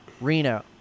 Reno